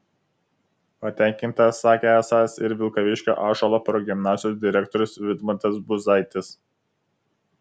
patenkintas sakė esąs ir vilkaviškio ąžuolo progimnazijos direktorius vidmantas buzaitis